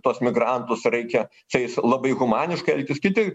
tuos migrantus reikia čia jais labai humaniškai elgtis kiti